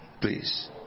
please